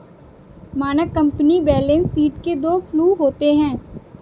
मानक company balance sheet के दो फ्लू होते हैं